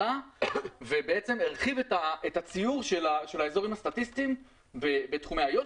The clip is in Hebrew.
והרחיב את הציור של האזורים הסטטיסטיים בתחומי איו"ש.